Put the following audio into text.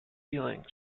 feelings